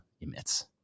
emits